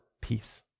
peace